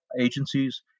agencies